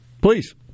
Please